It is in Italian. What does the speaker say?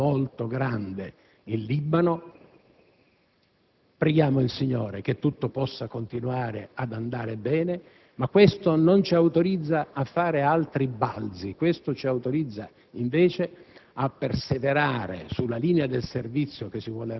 ha assunto sulle sue spalle una responsabilità molto grande in Libano; preghiamo il Signore che tutto possa continuare ad andare bene, ma questo non ci autorizza a fare altri balzi, questo ci autorizza invece